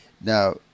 Now